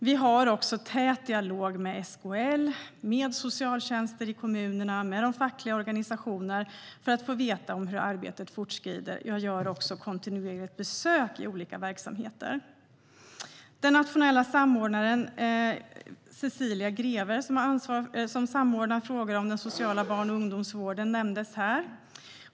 Vi har också en tät dialog med SKL, med socialtjänster i kommunerna och med de fackliga organisationerna för att få veta hur arbetet fortskrider. Jag gör också kontinuerligt besök i olika verksamheter. Den nationella samordnaren Cecilia Grefve som samordnar frågor om den sociala barn och ungdomsvården nämndes här.